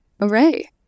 Array